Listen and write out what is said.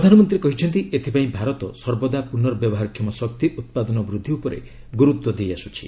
ପ୍ରଧାନମନ୍ତ୍ରୀ କହିଛନ୍ତି ଏଥିପାଇଁ ଭାରତ ସର୍ବଦା ପୁନର୍ବ୍ୟବହାର କ୍ଷମ ଶକ୍ତି ଉତ୍ପାଦନ ବୃଦ୍ଧି ଉପରେ ଗୁରୁତ୍ୱ ଦେଇଆସୁଛି